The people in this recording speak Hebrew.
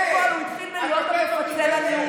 את יותר טובה מבנט?